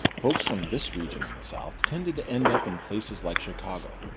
folks from this region in the south, tended to end up in places like chicago.